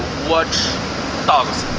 watch dogs